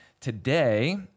today